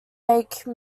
make